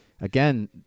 again